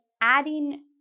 adding